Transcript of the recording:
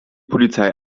polizei